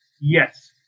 yes